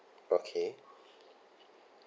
okay